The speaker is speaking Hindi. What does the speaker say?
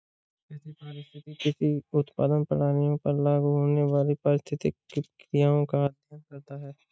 कृषि पारिस्थितिकी कृषि उत्पादन प्रणालियों पर लागू होने वाली पारिस्थितिक प्रक्रियाओं का अध्ययन करता है